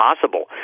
possible